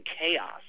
chaos